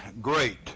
great